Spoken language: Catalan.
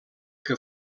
que